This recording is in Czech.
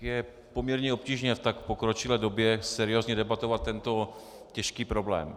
Je poměrně obtížné v tak pokročilé době seriózně debatovat tento těžký problém.